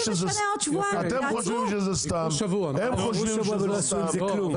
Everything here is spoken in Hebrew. אתם חושבים שזה סתם, הם חושבים שזה סתם.